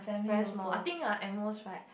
very small I think ah at most right